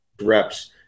reps